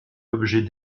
l’objet